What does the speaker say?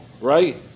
right